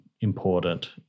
important